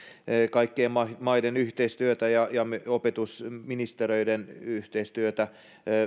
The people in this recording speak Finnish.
kaikkien maiden yhteistyötä ja opetusministeriöiden yhteistyötä